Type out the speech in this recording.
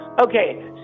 Okay